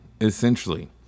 essentially